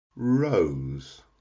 Rose